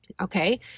okay